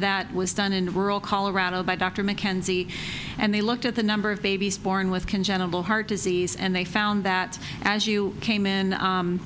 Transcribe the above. that was done in rural colorado by dr mckenzie and they looked at the number of babies born with congenital heart disease and they found that as you came in